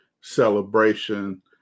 celebration